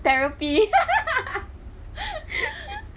therapy